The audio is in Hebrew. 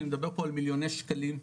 אני מדבר פה על מיליוני שקלים,